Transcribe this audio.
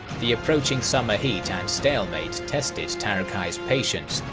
the approaching summer heat and stalemate tested taraghai's patience,